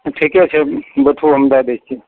ठीके छै बैठू हम दए दै छी